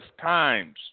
times